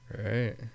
Right